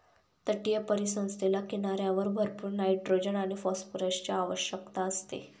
तटीय परिसंस्थेला किनाऱ्यावर भरपूर नायट्रोजन आणि फॉस्फरसची आवश्यकता असते